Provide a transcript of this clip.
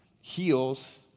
heals